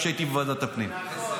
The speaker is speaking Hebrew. אם זה טקטיקה --- שוסטר,